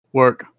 work